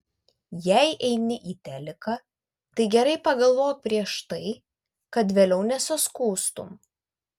jei eini į teliką tai gerai pagalvok prieš tai kad vėliau nesiskųstum